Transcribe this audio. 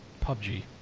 PUBG